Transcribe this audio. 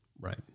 Right